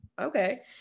Okay